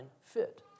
fit